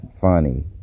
funny